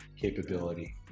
capability